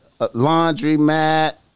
laundromat